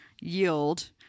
yield